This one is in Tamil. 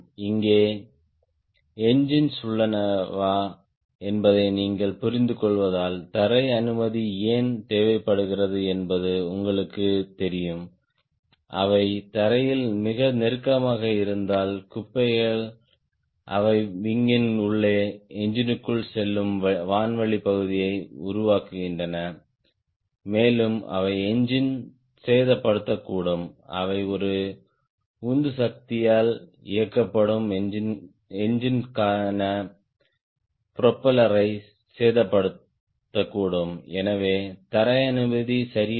இங்கே என்கின்ஸ் உள்ளனவா என்பதை நீங்கள் புரிந்துகொள்வதால் தரை அனுமதி ஏன் தேவைப்படுகிறது என்பது உங்களுக்குத் தெரியும் அவை தரையில் மிக நெருக்கமாக இருந்தால் குப்பைகள் அவை விங்யின்wing உள்ளே என்ஜினுக்குள் செல்லும் வான்வழிப் பகுதியை உருவாக்குகின்றன மேலும் அவை என்ஜினை சேதப்படுத்தக்கூடும் அவை ஒரு உந்துசக்தியால் இயக்கப்படும் என்ஜின் ற்கான புரோப்பல்லரை சேதப்படுத்தக்கூடும் எனவே தரை அனுமதி சரியில்லை